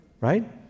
Right